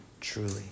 truly